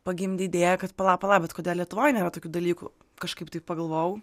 pagimdė idėją kad pala pala bet kodėl lietuvoj nėra tokių dalykų kažkaip taip pagalvojau